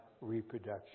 reproduction